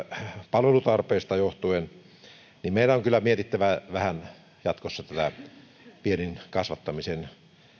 luvulla kasvavasta palvelutarpeesta johtuen niin meidän on kyllä jatkossa vähän mietittävä tätä viennin kasvattamisen